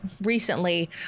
recently